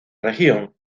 región